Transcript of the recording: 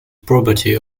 property